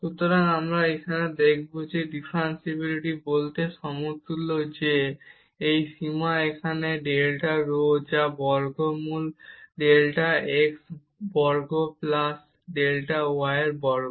সুতরাং এখানে আমরা এখন দেখাব যে এই ডিফারেনশিবিলিটি বলতে সমতুল্য যে এই সীমা এখানে ডেল্টা রো যা বর্গমূল ডেল্টা x বর্গ প্লাস ডেল্টা y বর্গ